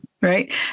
Right